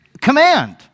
command